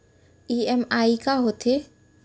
EMI का होथे?